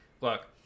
look